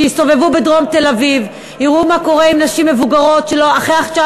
שיסתובבו בדרום תל-אביב ויראו מה קורה עם נשים מבוגרות שאחרי השעה